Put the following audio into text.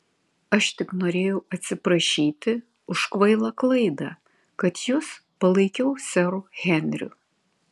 aš tik norėjau atsiprašyti už kvailą klaidą kad jus palaikiau seru henriu